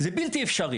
זה בלתי אפשרי.